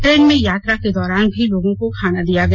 train में यात्रा के दौरान भी लोगों को खाना दिया गया